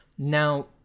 Now